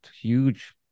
huge